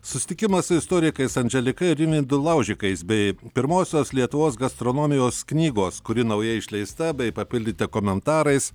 susitikimas su istorikais andželika ir rimvydu laužikais bei pirmosios lietuvos gastronomijos knygos kuri naujai išleista bei papildyta komentarais